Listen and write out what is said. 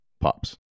Pops